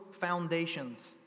foundations